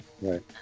Right